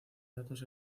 datos